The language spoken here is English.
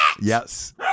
Yes